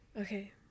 Okay